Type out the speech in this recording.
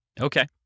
Okay